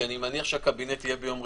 כי אני מניח שהקבינט יהיה ביום ראשון.